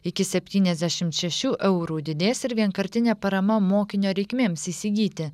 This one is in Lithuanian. iki septyniasdešimt šešių eurų didės ir vienkartinė parama mokinio reikmenims įsigyti